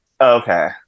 Okay